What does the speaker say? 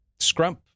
Scrump